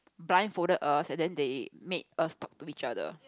blind folded us and then they made us talk to each other